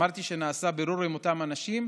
אמרתי שנעשה בירור עם אותם אנשים,